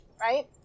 Right